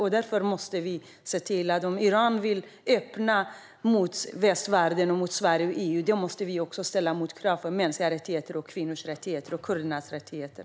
Om Iran vill öppna upp mot västvärlden, mot Sverige och mot EU måste vi därför ställa motkrav på mänskliga rättigheter, kvinnors rättigheter och kurdernas rättigheter.